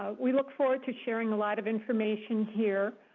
ah we look forward to sharing a lot of information here.